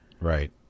Right